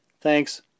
thanks